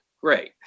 great